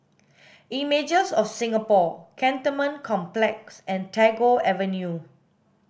images of Singapore Cantonment Complex and Tagore Avenue